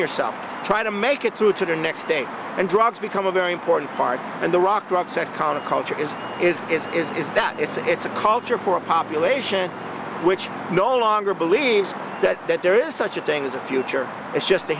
yourself try to make it through to the next day and drugs become a very important part and the rock drops ex con of culture is is is is that it's a it's a culture for a population which no longer believes that that there is such a thing as a future it's just a